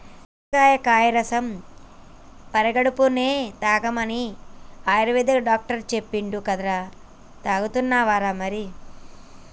కాకరకాయ కాయ రసం పడిగడుపున్నె తాగమని ఆయుర్వేదిక్ డాక్టర్ చెప్పిండు కదరా, తాగుతున్నావా మరి